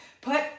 Put